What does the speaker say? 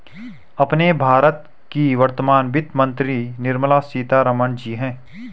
अपने भारत की वर्तमान वित्त मंत्री निर्मला सीतारमण जी हैं